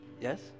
Yes